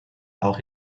auch